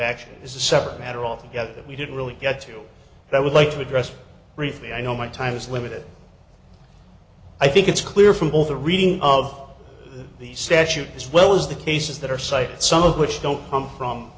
action is a separate matter altogether we didn't really get to that would like to address briefly i know my time is limited i think it's clear from all the reading of the statute as well as the cases that are cited some of which don't come from